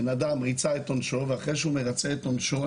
בן אדם ריצה את עונשו ואחרי שהוא מרצה את עונשו,